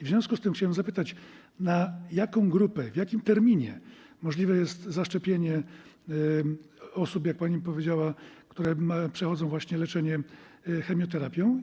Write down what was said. W związku z tym chciałem zapytać, o którą grupę tu chodzi, w jakim terminie możliwe jest zaszczepienie osób, jak pani powiedziała, które przechodzą właśnie leczenie chemioterapią.